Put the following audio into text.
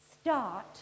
Start